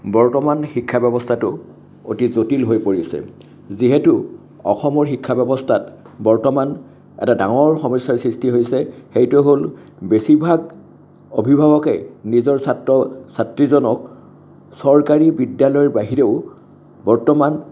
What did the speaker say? বৰ্তমান শিক্ষা ব্যৱস্থাটো অতি জটিল হৈ পৰিছে যিহেতু অসমৰ শিক্ষা ব্যৱস্থাত বৰ্তমান এটা ডাঙৰ সমস্যাৰ সৃষ্টি হৈছে সেইটোৱে হ'ল বেছিভাগ অভিভাৱকে নিজৰ ছাত্ৰ ছাত্ৰীজনক চৰকাৰী বিদ্যালয়ৰ বাহিৰেও বৰ্তমান